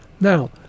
Now